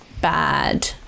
bad